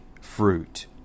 fruit